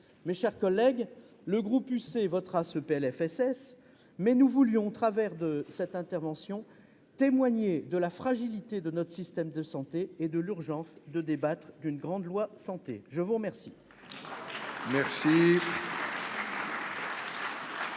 Mes chers collègues, le groupe Union Centriste votera ce PLFSS, mais nous voulions, au travers de cette intervention, témoigner de la fragilité de notre système de santé et de l'urgence de débattre d'une grande loi Santé. La parole